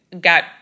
got